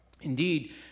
Indeed